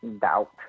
doubt